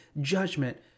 judgment